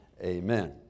Amen